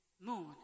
Moon